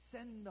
Send